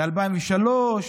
ב-2003,